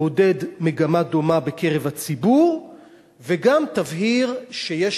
תעודד מגמה דומה בקרב הציבור וגם תבהיר שיש